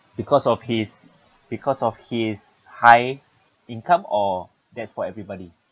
because of his because of his high income or that's for everybody